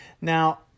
Now